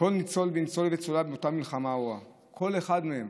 כל ניצול וניצולה מאותה מלחמה ארורה, כל אחד מהם